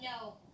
no